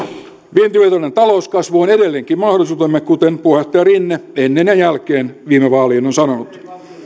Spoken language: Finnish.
vientivetoinen talouskasvu on edelleenkin mahdollisuutemme kuten puheenjohtaja rinne ennen ja jälkeen viime vaalien on sanonut